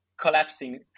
collapsing